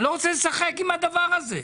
אני לא רוצה לשחק עם הדבר הזה.